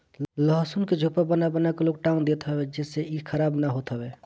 लहसुन के झोपा बना बना के लोग टांग देत हवे जेसे इ खराब ना होत हवे